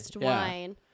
wine